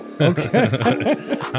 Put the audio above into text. Okay